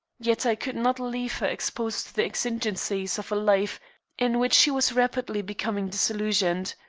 yet i could not leave her exposed to the exigencies of a life in which she was rapidly becoming disillusioned.